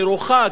מרוחק,